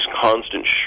constant